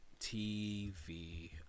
tv